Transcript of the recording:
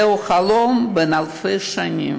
זהו חלום בן אלפי שנים,